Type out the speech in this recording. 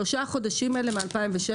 שלושת החודשים הללו מ-2016,